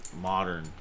modern